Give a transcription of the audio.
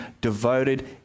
devoted